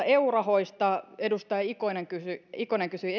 eu rahoista edustaja ikonen kysyi ikonen kysyi